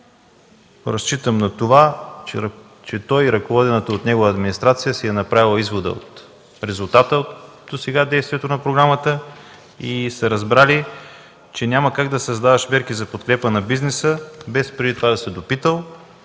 Разчитам на това, че той и ръководената от него администрация са си направили извода от резултата от досегашното действие на програмата и са разбрали, че няма как да създаваш мерки за подкрепа на бизнеса без преди това да си се допитал